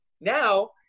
Now